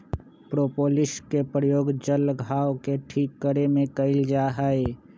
propolis के प्रयोग जल्ल घाव के ठीक करे में कइल जाहई